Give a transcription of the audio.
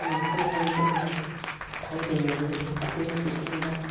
नाखो मानि जोङो थावजों एवो खारदै ओंख्रि सङोब्ला